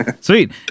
Sweet